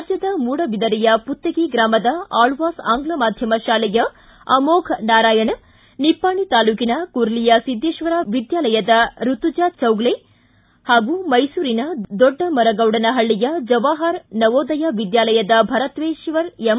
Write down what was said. ರಾಜ್ಯದ ಮೂಡಬಿದರಿಯ ಪುತ್ತಿಗೆ ಗ್ರಾಮದ ಆಳ್ವಾಸ್ ಆಂಗ್ಲ ಮಾಧ್ಯಮ ಶಾಲೆಯ ಅಮೋಫ್ ನಾರಾಯಣ ನಿಪ್ಟಾಣಿ ತಾಲೂಕಿನ ಕುರ್ಲಿಯ ಸಿದ್ದೇಶ್ವರ್ ವಿದ್ವಾಲಯದ ರುತುಜಾ ಚೌಗಲೆ ಹಾಗೂ ಮೈಸೂರಿನ ದೊಡ್ಡಮರಗೌಡನ ಪಳ್ಳಿಯ ಜವಾಹರ್ ನವೋದಯ ವಿದ್ಯಾಲಯದ ಭರತೇಶ್ವರ್ ಎಂ